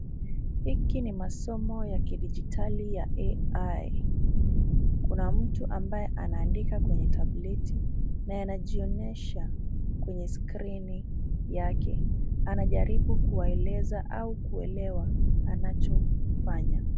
Hiki ni masomo ya kidijitali ya AI.Kuna mtu ambaye anaandika kwenye tableti na yanajionyesha kwenye skrini yake. Anajaribu kuwaeleza, au kuelewa anachofanya.